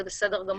זה בסדר.